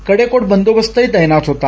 कडेकोट बदोबस्तही तैनात होता